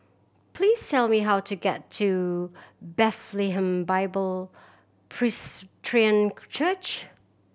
please tell me how to get to Bethlehem Bible Presbyterian Church